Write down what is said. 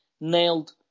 nailed